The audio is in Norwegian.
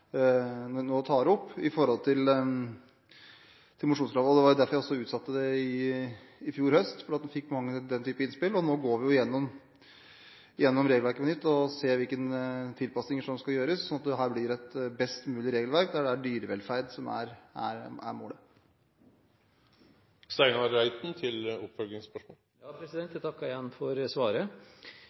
tar opp knyttet til mosjonskravet. Det var derfor jeg også utsatte det i fjor høst, fordi vi fikk den type innspill. Nå går vi igjennom regelverket på nytt og ser hvilke tilpasninger som skal gjøres, slik at det blir et best mulig regelverk når det er dyrevelferd som er